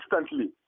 instantly